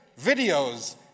videos